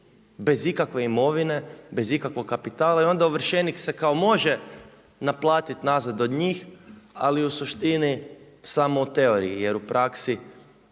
bez ikakve imovine, bez ikakvog kapitala i onda ovršenik se kao može naplatiti nazad od njih ali u suštini samo u teoriji jer u praksi